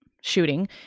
shooting